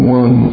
one